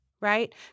right